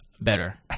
better